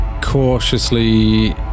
cautiously